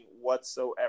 whatsoever